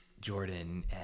Jordan